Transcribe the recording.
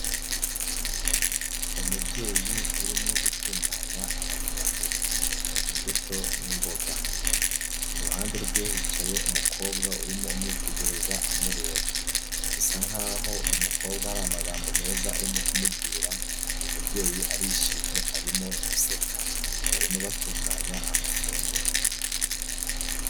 Umubyeyi urimo gutunganya amafunguro, imbuto n'imboga, iruhande rwiwe hicaye umukobwa urimo umwitegereza amureba, bisa nk'aho uyu mukobwa hari amagambo meza arimo kumubwira, uyu mubyeyi arishimye arimo guseka, barimo batunganya amafunguro.